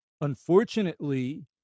unfortunately